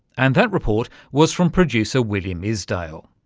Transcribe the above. and that report was from producer william isdale.